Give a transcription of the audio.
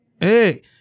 Hey